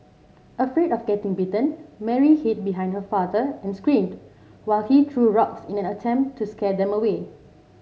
afraid of getting bitten Mary hid behind her father and screamed while he threw rocks in an attempt to scare them away